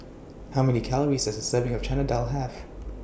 How Many Calories Does A Serving of Chana Dal Have